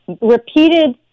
repeated